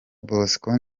bosco